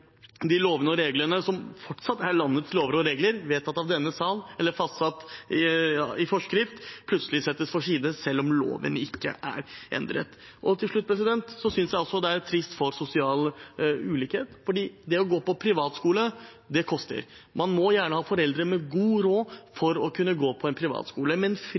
lovene og reglene som er landets lover og regler, vedtatt av denne sal eller fastsatt i forskrift, plutselig settes til side selv om loven ikke er endret. Til slutt synes jeg også det er trist med tanke på sosial ulikhet, for det å gå på privatskole koster. Man må gjerne ha foreldre med god råd for å kunne gå på en privatskole. Men